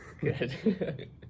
Good